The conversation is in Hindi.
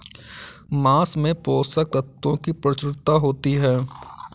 माँस में पोषक तत्त्वों की प्रचूरता होती है